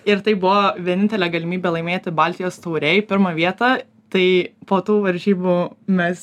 ir tai buvo vienintelė galimybė laimėti baltijos taurėj pirmą vietą tai po tų varžybų mes